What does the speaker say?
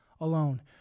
alone